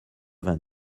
vingt